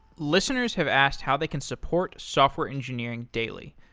listeners have asked how they can support software engineering daily.